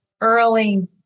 early